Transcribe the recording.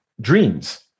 dreams